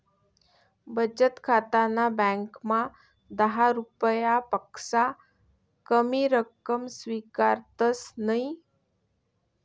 बचत खाताना ब्यांकमा दहा रुपयापक्सा कमी रक्कम स्वीकारतंस नयी